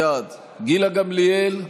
בעד גילה גמליאל,